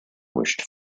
wished